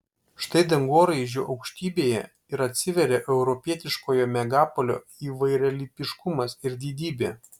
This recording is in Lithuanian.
štai dangoraižių aukštybėje ir atsiveria europietiškojo megapolio įvairialypiškumas ir didybė